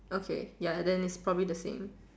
okay ya then it's probably the same